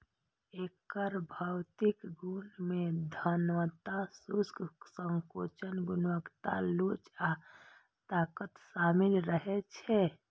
एकर भौतिक गुण मे घनत्व, शुष्क संकोचन गुणांक लोच आ ताकत शामिल रहै छै